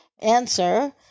answer